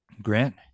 Grant